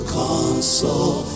console